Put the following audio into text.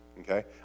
okay